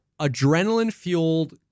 adrenaline-fueled